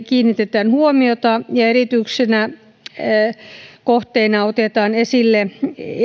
kiinnitetään huomiota erityisenä kohteena otetaan esille